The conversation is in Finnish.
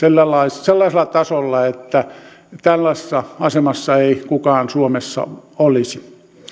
sellaisella tasolla että tällaisessa asemassa ei kukaan suomessa olisi